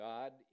God